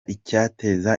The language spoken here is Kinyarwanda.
icyateza